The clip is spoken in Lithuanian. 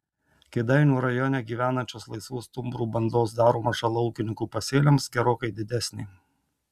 kėdainių rajone gyvenančios laisvų stumbrų bandos daroma žala ūkininkų pasėliams gerokai didesnė